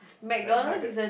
McNuggets